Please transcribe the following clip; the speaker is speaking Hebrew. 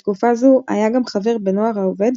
בתקופה זו היה גם חבר ב"נוער העובד",